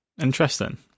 Interesting